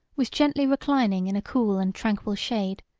was gently reclining in a cool and tranquil shade,